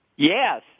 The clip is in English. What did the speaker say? Yes